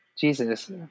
Jesus